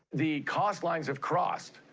the cost lines have crossed,